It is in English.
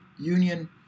Union